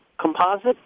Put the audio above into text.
composite